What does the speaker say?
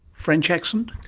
french accent?